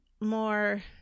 more